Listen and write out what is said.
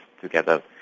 together